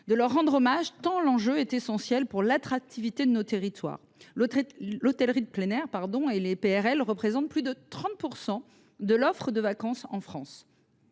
de leur rendre hommage, tant l’enjeu est essentiel pour l’attractivité de nos territoires : l’hôtellerie de plein air et les PRL représentent en France plus de 30 % de l’offre de vacances. Mais